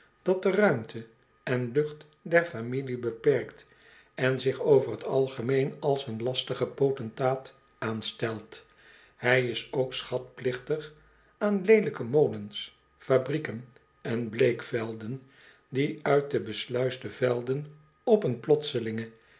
dat de ruimte en lucht der familie beperkt en zich over t algemeen als een lastige potentaat aanstelt hij is ook schatplichtig aan leelijke molens fabrieken en bleekvelden die uit de besluisde velden op een plotselinge